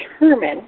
determine